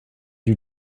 you